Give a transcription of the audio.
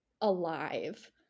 alive